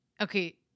Okay